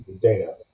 data